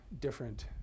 different